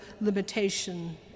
limitation